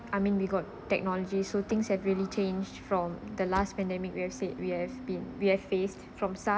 I mean we got technology so things have really changed from the last pandemic we have said we have been we have faced from SARS